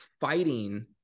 fighting